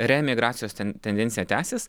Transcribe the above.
reemigracijos tendencija tęsis